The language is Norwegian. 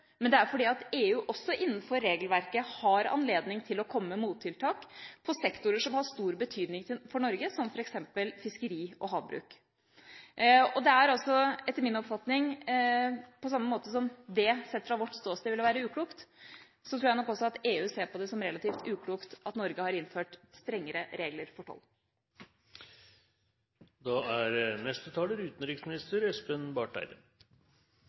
men det er fordi EU også innenfor regelverket har anledning til å komme med mottiltak på sektorer som har stor betydning for Norge, som f.eks. fiskeri og havbruk. Etter min oppfatning – på samme måte som det sett fra vårt ståsted ville være uklokt – tror jeg nok også EU ser på det som relativt uklokt at Norge har innført strengere regler for toll. Representanten Eriksen Søreide tar opp et meget relevant tema i en tid da Europa er